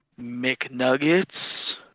McNuggets